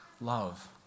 love